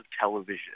television